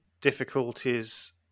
difficulties